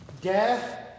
Death